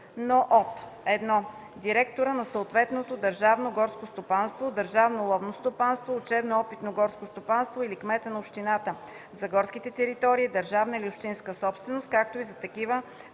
от: 1. директора на съответното държавно горско стопанство, държавно ловно стопанство, учебно-опитно горско стопанство или кмета на общината – за горските територии – държавна или общинска собственост, както и за такива,